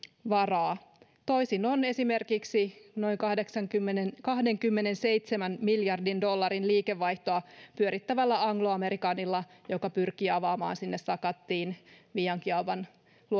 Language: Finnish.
varaa toisin on esimerkiksi noin kahdenkymmenenseitsemän miljardin dollarin liikevaihtoa pyörittävällä anglo americanilla joka pyrkii avaamaan sakattiin viiankiaavan